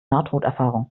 nahtoderfahrung